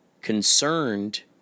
concerned